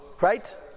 right